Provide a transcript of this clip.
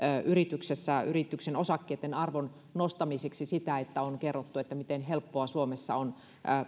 yrityksessä yrityksen osakkeitten arvon nostamiseksi sitä että on kerrottu miten helppoa suomessa on